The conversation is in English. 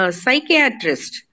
psychiatrist